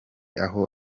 aho